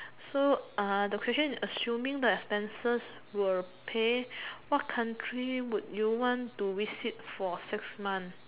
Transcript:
so uh the question is assuming the expenses will pay what country would you want to visit for six months